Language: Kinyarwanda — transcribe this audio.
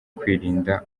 kwirinda